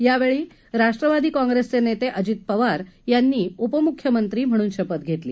यावेळी राष्ट्रवादी काँप्रेसचे नेते अजित पवार यांनी उपमुख्यमंत्री म्हणून शपथ घेतली